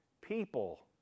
people